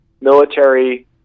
military